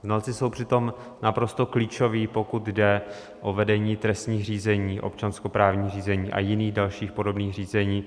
Znalci jsou přitom naprosto klíčoví, pokud jde o vedení trestních řízení, občanskoprávních řízení a jiných dalších podobných řízení.